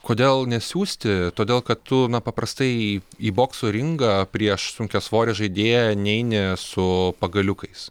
kodėl nesiųsti todėl kad tu na paprastai į bokso ringą prieš sunkiasvorį žaidėją neini su pagaliukais